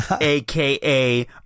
AKA